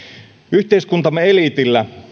yhteiskuntamme eliitillä